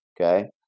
Okay